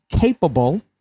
capable